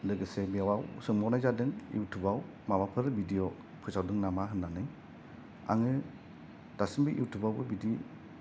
लोगोसे बेआव सोंबावनाय जादों इउतिउपाव माबाफोर भिडिअ फोसावदों नामा होननानै आङो दासिमबो इउतिपावबो बिदि